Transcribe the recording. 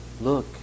Look